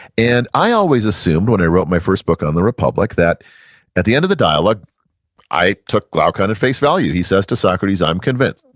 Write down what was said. and i always assumed when i wrote my first book on the republic that at the end of the dialogue i took glaucon at face value. he says to socrates i'm convinced.